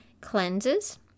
cleanses